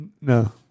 No